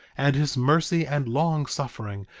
and his mercy and long-suffering,